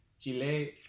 Chile